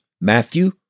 Matthew